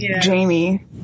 Jamie